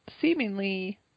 seemingly